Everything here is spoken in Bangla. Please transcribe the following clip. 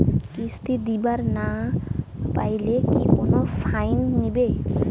কিস্তি দিবার না পাইলে কি কোনো ফাইন নিবে?